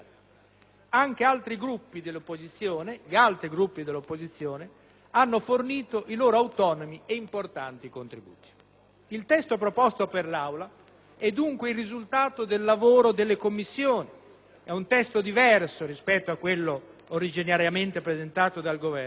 Anche gli altri Gruppi dell'opposizione hanno fornito i loro autonomi e importanti contributi. Il testo proposto all'Aula è, dunque, il risultato del lavoro delle Commissioni. È un testo diverso rispetto a quello originariamente presentato dal Governo